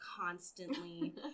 constantly